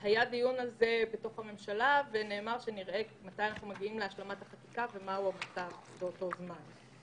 בדיון בממשלה נאמר שכשנגיע להשלמת החקיקה נראה מה המצב באותו זמן.